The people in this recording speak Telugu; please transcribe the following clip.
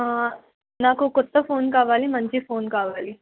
నాకు కొత్త ఫోన్ కావాలి మంచి ఫోన్ కావాలి